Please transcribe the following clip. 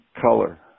color